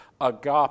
Agape